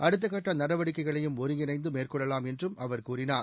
அடுத்தகட்ட நடவடிக்கைகளையும் ஒருங்கிணைந்து மேற்கொள்ளலாம் என்றும் அவர் கூறினார்